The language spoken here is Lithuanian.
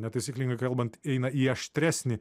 netaisyklinga kalbant eina į aštresnį